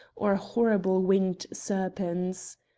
or horrible winged serpents.